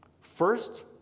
First